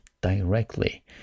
directly